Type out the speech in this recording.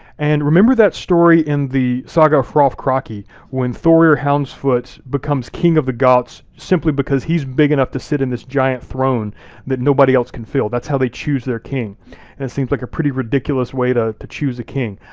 and remember that story in the saga of hrolfr kraki when thorir houndsfoot becomes king of the gauts simply because he's big enough to sit in this giant throne that nobody else can fill. that's how they choose their king and it seems like a pretty ridiculous way to to choose a king.